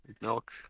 milk